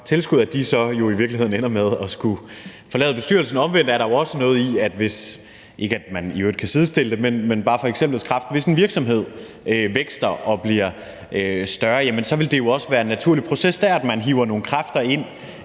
tilskud, jo så i virkeligheden ender med at skulle forlade bestyrelsen. Omvendt er det jo også sådan – ikke, at man i øvrigt kan sidestille det, men det er bare et eksempel – at hvis en virksomhed vækster og bliver større, vil det jo også være en naturlig proces der, at man hiver nogle kræfter ind